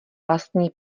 vlastní